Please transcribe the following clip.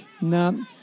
No